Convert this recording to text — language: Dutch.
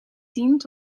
dient